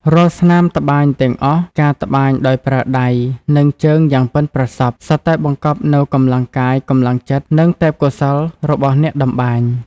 រាល់ស្នាមត្បាញទាំងអស់ការត្បាញដោយប្រើដៃ និងជើងយ៉ាងប៉ិនប្រសប់ សុទ្ធតែបង្កប់នូវកម្លាំងកាយ កម្លាំងចិត្ត និងទេពកោសល្យរបស់អ្នកតម្បាញ។